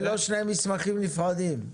ולא שני מסמכים נפרדים.